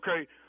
Okay